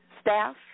staff